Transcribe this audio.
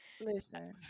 Listen